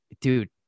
dude